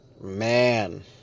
Man